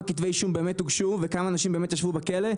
כתבי אישום באמת הוגשו וכמה אנשים באמת ישבו בכלא.